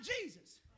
Jesus